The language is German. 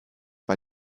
bei